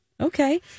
Okay